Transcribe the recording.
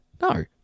No